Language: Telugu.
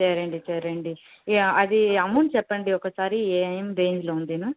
సరే అండి సరే అండి యా అది అమౌంట్ చెప్పండి ఒకసారి ఏవి దేంట్లో ఉందో